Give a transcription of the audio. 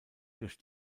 durch